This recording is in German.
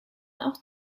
auch